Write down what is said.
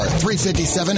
357